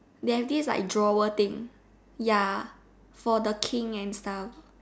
they have this like drawer thing ya for the King and stuff